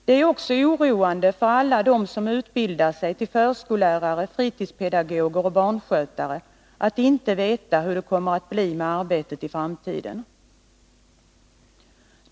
Det är också oroande för alla dem som utbildar sig till förskollärare, fritidspedagoger och barnskötare att inte veta hur det kommer att bli med arbetet i framtiden.